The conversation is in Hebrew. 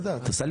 בסעיף